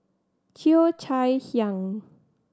Cheo Chai Hiang